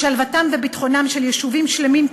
טולטלו שלוותם וביטחונם של יישובים שלמים.